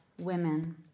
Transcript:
women